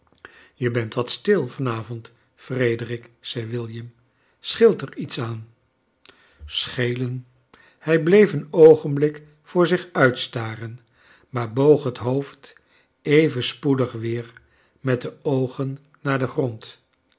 je bent wat stil van avond frederick v zei william scheelt er iets aan schclen hij bleef een oogenblik voor zich uit staren maai boog bet hoofd even spoedig weer met de oogen naar den grond